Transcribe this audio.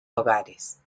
hogares